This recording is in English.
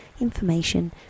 information